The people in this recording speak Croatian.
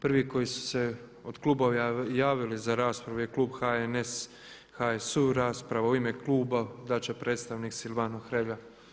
Prvi koji su se od klubova javili za raspravu je klub HNS-HSU rasprava u ime kluba dat će predstavnik Silvano Hrelja.